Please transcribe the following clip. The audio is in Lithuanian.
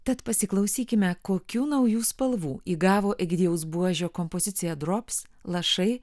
tad pasiklausykime kokių naujų spalvų įgavo egidijaus buožio kompozicija drops lašai